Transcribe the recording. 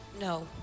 No